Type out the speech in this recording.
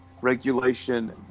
regulation